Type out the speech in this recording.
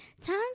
time